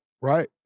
right